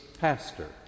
pastor